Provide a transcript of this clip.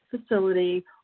facility